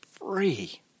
free